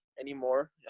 anymore